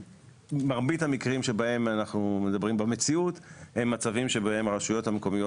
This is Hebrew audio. מרבית המקרים שבהם אנחנו מדברים במציאות הם מצבים שבהם הרשויות המקומיות